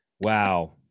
Wow